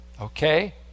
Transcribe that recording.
Okay